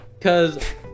cause